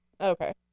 Okay